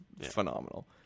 phenomenal